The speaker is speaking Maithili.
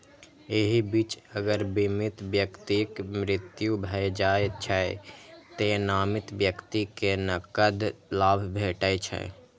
एहि बीच अगर बीमित व्यक्तिक मृत्यु भए जाइ छै, तें नामित व्यक्ति कें नकद लाभ भेटै छै